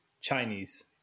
Chinese